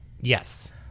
yes